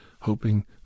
hoping